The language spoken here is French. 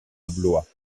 blois